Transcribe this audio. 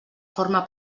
forma